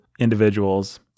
Individuals